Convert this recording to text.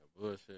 Bullshit